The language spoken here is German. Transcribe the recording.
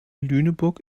lüneburg